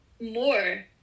more